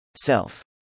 Self